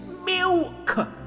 milk